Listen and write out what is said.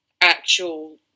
actual